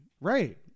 Right